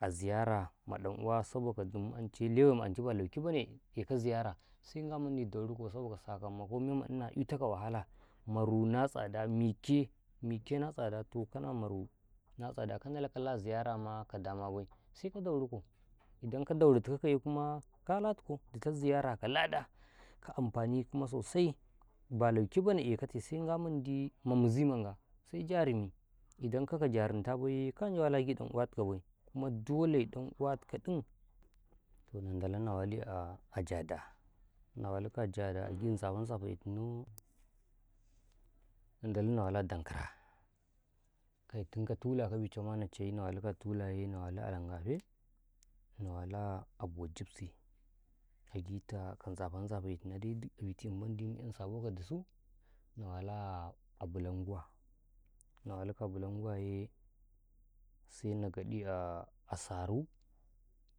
﻿A ziyara ma ɗan-uwa sobaka dum anchai lewai ma anchai ba lawkebane ekaw ziyara se Ngaman daurukaw saboka saka mako memma ɗina itakaw wahala maru na tsada meke, meke na tsada doh kuma maru na tsada ka Ndala kalaa ziyarama ka dama bai seka dauruko idan ka daurutukakaiye kuma kalatukaw ditaw ziyara ka lada ka amfani sosai ba lauke bane ekate senga mandi ma mizima Ngah se jarimi idan kaka jarimta baiye ka Njawa la a agi ɗan uwa tukawbai kuma dole ɗan'uwatukaɗin. Tohna Ndala na wali a jada, na walikaw a Jada agita nizafe-Nzafenaw na Ndalaw na wali a Dankara kai tukaw tula ka bice nachai na walikaw tulaye na wali a langafe na wali aboh jifsi agi taa ka Nzafe-Nzafenaw dai dik abiti mandi mu'yam sabo ka dusu na wali a bulunguwa na walikaw a bulunguwaye sena gaɗi a sarow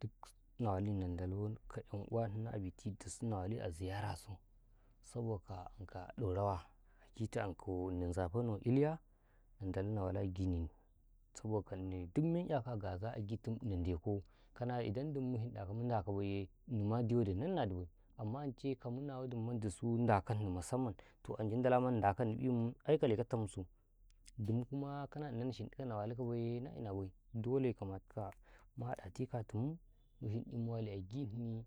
dikst na wali na Ngalaw ka ɗan'uwa abiti dissu na wali a ziyarasu saboka anka Dorawa agitawa ankaw Nzafenaw Iliya na Ndalaw na wali agini saboka ɗini dik meman ƙyakaw a gaza agitu ini Ndekaw kana idom diim mushinɗaka mu Ndakabaiye inima diwadi nannadibai amma anchai ka munnawada mandusu Ndakani musumman toh anchai Ndala mandi Ndakatini ai kaleka tamsu dum kuma kana inawa nashinɗikaw na walikaw baiye na inabai dole kamatukaa mu haɗati katimu mushinɗi mu wali agihni.